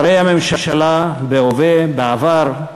שרי הממשלה בהווה, בעבר,